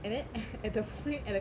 and then at at the fla~ at the